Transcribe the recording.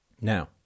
Now